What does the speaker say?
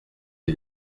est